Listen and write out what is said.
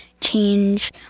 change